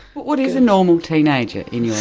what is a normal teenager in your